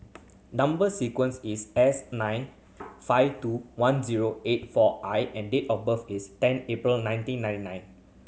number sequence is S nine five two one zero eight four I and date of birth is ten April nineteen ninety nine